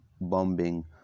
bombing